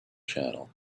channel